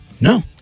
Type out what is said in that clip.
no